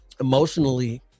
emotionally